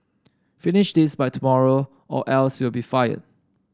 finish this by tomorrow or else you'll be fired